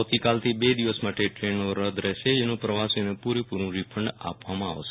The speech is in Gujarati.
આવતીકાલથી બે દિવસ માટે ટ્રેનો રદ રહેશે જેનું પ્રવાસીઓને પુરેપુરૂરીકંડ આપવામાં આવશે